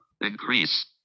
Increase